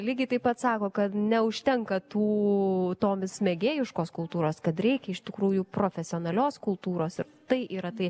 lygiai taip pat sako kad neužtenka tų tomis mėgėjiškos kultūros kad reikia iš tikrųjų profesionalios kultūros ir tai yra tai